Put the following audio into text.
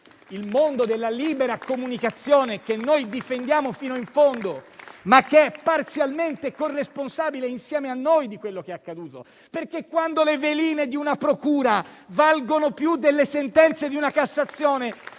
Il mondo della libera comunicazione, che noi difendiamo fino in fondo, è parzialmente responsabile, insieme a noi, di quello che è accaduto. Quando infatti le veline di una procura valgono più delle sentenze di una Cassazione